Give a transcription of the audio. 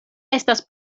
estas